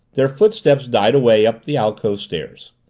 their footsteps died away up the alcove stairs.